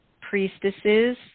priestesses